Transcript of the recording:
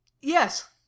Yes